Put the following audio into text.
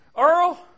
Earl